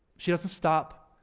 she doesn't stop,